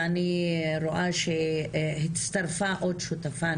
ואני רואה שהצטרפה עוד שותפה,